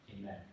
Amen